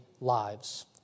lives